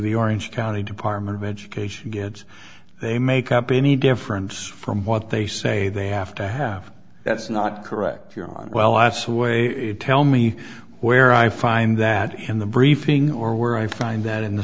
the orange county department of education gets they make up any difference from what they say they have to have that's not correct you're on well as a way tell me where i find that in the briefing or where i find that in the